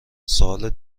سوال